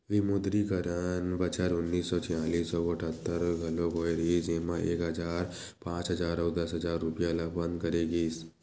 विमुद्रीकरन बछर उन्नीस सौ छियालिस अउ अठत्तर घलोक होय रिहिस जेमा एक हजार, पांच हजार अउ दस हजार रूपिया ल बंद करे गिस